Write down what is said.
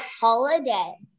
holiday